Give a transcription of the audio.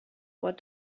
what